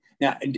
Now